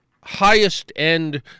highest-end